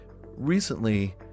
Recently